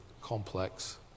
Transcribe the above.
complex